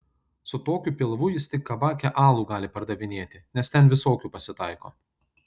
su tokiu pilvu jis tik kabake alų gali pardavinėti nes ten visokių pasitaiko